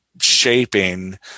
shaping